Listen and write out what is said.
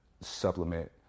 supplement